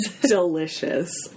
delicious